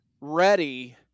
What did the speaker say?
ready